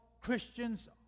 Christians